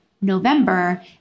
November